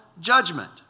judgment